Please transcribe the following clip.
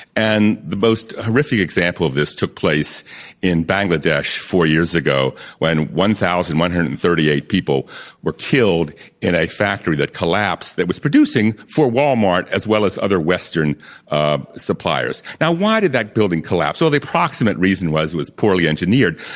and the most horrific example of this took place in bangladesh four years ago when one thousand one hundred and thirty eight people were killed in a factory that collapsed that was producing for walmart as well as other western um suppliers. now, why did that building collapse? well, the approximate reason was it was poorly engineered.